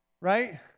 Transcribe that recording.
Right